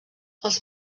els